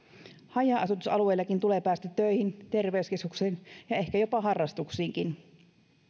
haja asutusalueillakin tulee päästä töihin terveyskeskukseen ja ehkä jopa harrastuksiinkin